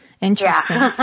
Interesting